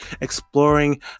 exploring